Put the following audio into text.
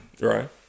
Right